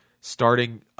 starting